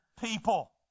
people